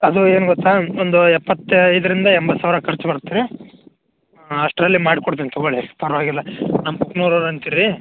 ಅದು ಏನು ಗೊತ್ತ ಒಂದು ಎಪ್ಪತ್ತೈದರಿಂದ ಎಂಬತ್ತು ಸಾವಿರ ಖರ್ಚು ಬರುತ್ತೆ ರೀ ಹಾಂ ಅಷ್ಟರಲ್ಲಿ ಮಾಡ್ಕೊಡ್ತೀನಿ ತೊಗೊಳ್ಳಿ ಪರವಾಗಿಲ್ಲ ನಮ್ಮ ಊರೋರು ಅಂತೀರಿ